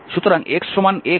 সুতরাং xacos